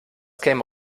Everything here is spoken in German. käme